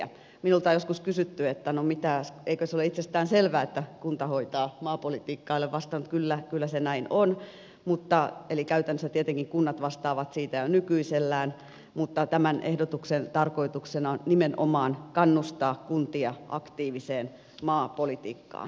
minulta on joskus kysytty että no mitä eikö se ole itsestään selvää että kunta hoitaa maapolitiikkaa ja olen vastannut että kyllä kyllä se näin on eli käytännössä tietenkin kunnat vastaavat siitä jo nykyisellään mutta tämän ehdotuksen tarkoituksena on nimenomaan kannustaa kuntia aktiiviseen maapolitiikkaan